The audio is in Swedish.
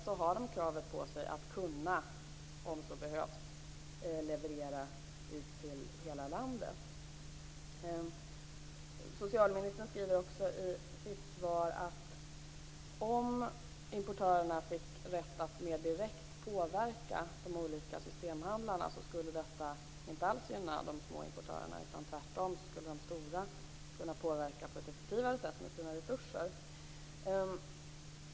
De har också kravet på sig att om så behövs kunna leverera ut till hela landet. Socialministern skriver också i sitt svar att om importörerna fick rätt att mer direkt påverka de olika systemhandlarna, skulle detta inte alls gynna de små importörerna. Tvärtom skulle de stora kunna påverka på ett effektivare sätt med sina resurser.